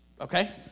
okay